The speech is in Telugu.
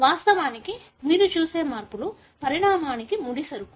వాస్తవానికి మీరు చూసే మార్పులు పరిణామానికి ముడిసరుకు